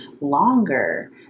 longer